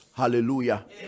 hallelujah